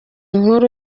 nkuru